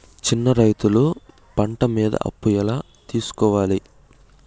చిన్న రైతులు పంట మీద అప్పు ఎలా తీసుకోవాలి?